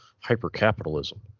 hyper-capitalism